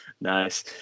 Nice